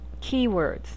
keywords